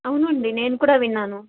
అవునండి నేను కూడా విన్నాను